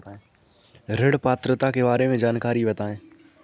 ऋण पात्रता के बारे में जानकारी बताएँ?